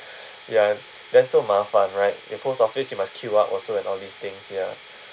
ya and then so 麻烦 right the post office you must queue up also and all these things ya